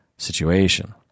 situation